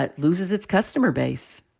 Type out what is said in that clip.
ah loses its customer base